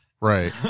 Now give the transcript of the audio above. Right